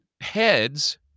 heads